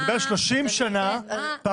אני מדבר על זה שאחרי 30 שנה מאז